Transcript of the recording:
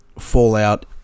Fallout